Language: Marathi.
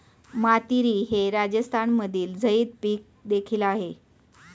मातीरी हे राजस्थानमधील झैद पीक देखील आहे